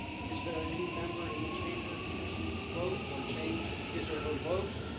is there any member in the chamber who wishes to vote or change his or her vote?